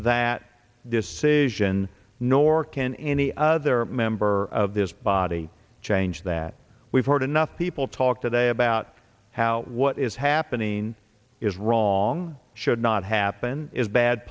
that decision nor can any other member of this body change that we've heard enough people talk today about how what is happening is wrong should not happen is bad